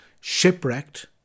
shipwrecked